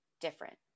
different